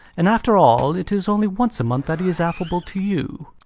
and, after all, it is only once a month that he is affable to you.